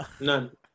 None